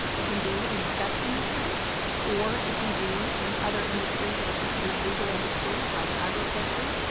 it can be in the sex industry or it can be in other industries that are considered legal industries like agriculture,